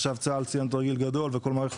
עכשיו צה"ל סיים תרגיל גדול וכל מערכת